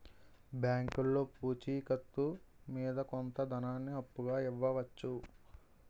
బ్యాంకులో పూచి కత్తు మీద కొంత ధనాన్ని అప్పుగా ఇవ్వవచ్చు